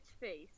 face